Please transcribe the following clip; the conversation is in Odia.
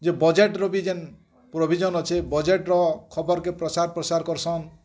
ଯେ ବଜେଟ୍ର ବି ଯେନ୍ ପ୍ରୋଭିଜନ୍ ଅଛେ ବଜେଟ୍ର ଖବର୍ କେ ପ୍ରସାର୍ କରସନ୍